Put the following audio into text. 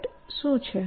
threat શું છે